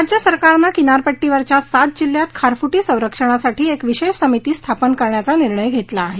राज्य सरकारनं किनारपट्टीवरच्या सात जिल्ह्यात खारफुटी संरक्षणासाठी एक विशेष समिती स्थापन करण्याचा निर्णय घेतला आहे